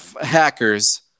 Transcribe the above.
Hackers